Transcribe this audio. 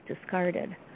discarded